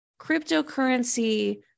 cryptocurrency